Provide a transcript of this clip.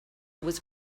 was